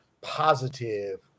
positive